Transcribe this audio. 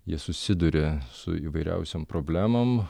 jie susiduria su įvairiausiom problemom